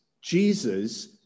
Jesus